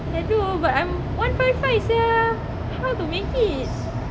hello but I'm one five five sia how to make it